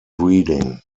breeding